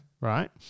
right